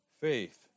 Faith